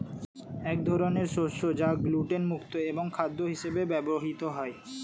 এক ধরনের শস্য যা গ্লুটেন মুক্ত এবং খাদ্য হিসেবে ব্যবহৃত হয়